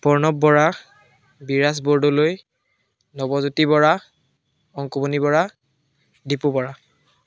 Pranab Bora Biraj Bordoloi Nabajyoti Bora Ankumoni Bora Dipu Bora